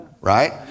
right